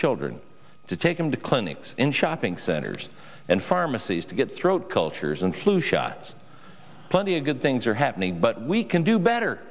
children to take them to clinics in shopping centers and pharmacies to get throat cultures and flu shots plenty of good things are happening but we can do better